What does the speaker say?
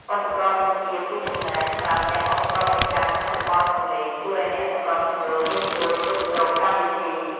ឧបករណ៍បញ្ជាពីចម្ងាយ សម្រាប់ទាំងឧបករណ៍បញ្ចាំង និងប្រព័ន្ធសំឡេង ជួយឱ្យអ្នកសម្របសម្រួលងាយស្រួលគ្រប់គ្រងកម្មវិធី។